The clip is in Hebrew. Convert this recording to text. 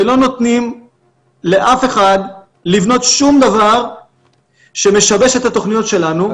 ולא נותנים לאף אחד לבנות שום דבר שמשבש את התוכניות שלנו.